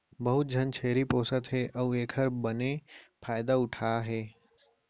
बहुत झन छेरी पोसत हें अउ एकर बने फायदा उठा थें